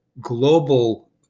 global